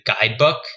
guidebook